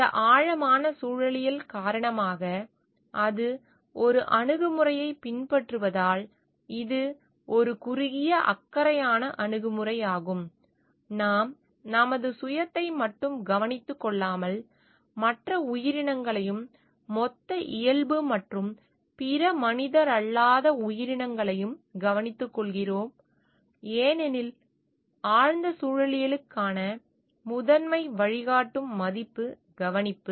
இந்த ஆழமான சூழலியல் காரணமாக அது ஒரு அணுகுமுறையைப் பின்பற்றுவதால் இது ஒரு குறுகிய அக்கறையான அணுகுமுறையாகும் நாம் நமது சுயத்தை மட்டும் கவனித்துக் கொள்ளாமல் மற்ற உயிரினங்களையும் மொத்த இயல்பு மற்றும் பிற மனிதரல்லாத உயிரினங்களையும் கவனித்துக்கொள்கிறோம் ஏனெனில் ஆழ்ந்த சூழலியலுக்கான முதன்மை வழிகாட்டும் மதிப்பு கவனிப்பு